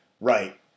Right